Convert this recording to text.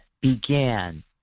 began